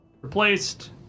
Replaced